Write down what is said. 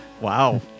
Wow